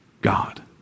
God